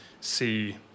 see